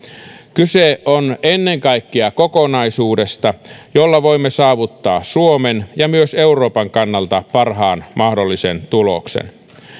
kyse on ennen kaikkea kokonaisuudesta jolla voimme saavuttaa suomen ja myös euroopan kannalta parhaan mahdollisen tuloksen